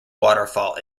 waterfall